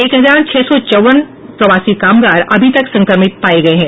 एक हजार छह सौ चौवन प्रवासी कामगार अभी तक संक्रमित पाए गए हैं